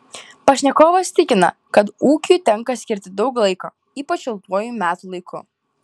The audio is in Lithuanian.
pašnekovas tikina kad ūkiui tenka skirti daug laiko ypač šiltuoju metų laiku